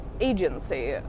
agency